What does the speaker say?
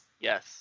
Yes